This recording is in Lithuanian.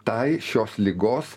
tai šios ligos